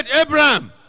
Abraham